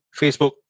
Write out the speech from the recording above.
Facebook